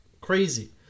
Crazy